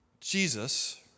Jesus